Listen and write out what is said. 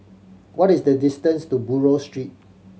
what is the distance to Buroh Street